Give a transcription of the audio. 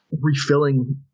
refilling